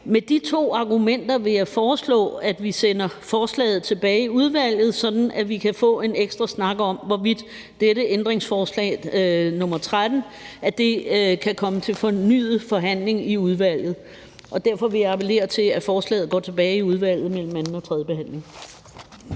Med de to argumenter vil jeg foreslå, at vi sender forslaget tilbage i udvalget, sådan at vi kan få en ekstra snak om, hvorvidt dette ændringsforslag nr. 13 kan komme til fornyet forhandling i udvalget. Og derfor vil jeg appellere til, at forslaget går tilbage i udvalget mellem anden og tredje behandling.